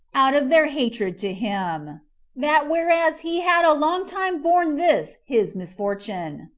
out of their hatred to him that whereas he had a long time borne this his misfortune,